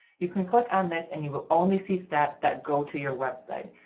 you can click on this and you will only see stats that go to your website,